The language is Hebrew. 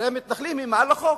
הרי המתנחלים הם מעל לחוק,